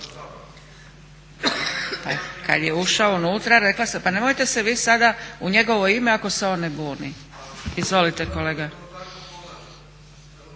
pa nemojte se vi sada u njegovo ime ako se on ne buni. Izvolite kolega.